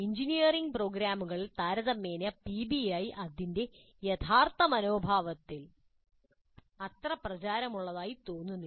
engineering പ്രോഗ്രാമുകളിൽ താരതമ്യേന PBI അതിന്റെ യഥാർത്ഥ മനോഭാവത്തിൽ അത്ര പ്രചാരമുള്ളതായി തോന്നുന്നില്ല